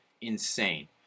Insane